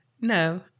No